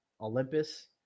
Olympus